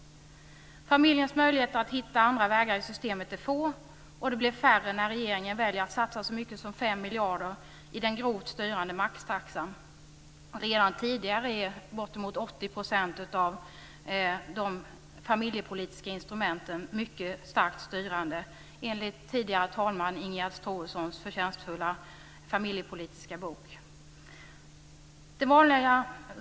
Familjens möjligheter att hitta andra vägar i systemet är få. Och de blir färre när regeringen väljer att satsa så mycket som 5 miljarder i den grovt styrande maxtaxan. Redan tidigare är bort emot 80 % av de familjepolitiska instrumenten mycket starkt styrande, enligt tidigare talman Ingegerd Troedssons förtjänstfulla familjepolitiska bok.